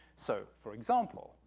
so for example,